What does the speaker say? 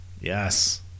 yes